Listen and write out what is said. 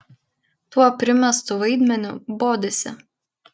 tuo primestu vaidmeniu bodisi